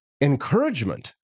encouragement